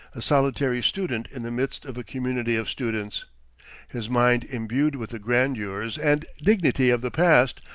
a solitary student in the midst of a community of students his mind imbued with the grandeurs and dignity of the past,